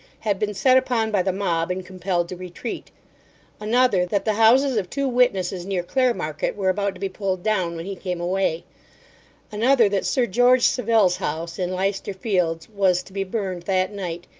had been set upon by the mob and compelled to retreat another, that the houses of two witnesses near clare market were about to be pulled down when he came away another, that sir george saville's house in leicester fields was to be burned that night,